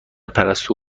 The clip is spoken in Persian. پرستو